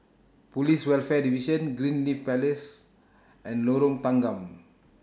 Police Welfare Division Greenleaf Place and Lorong Tanggam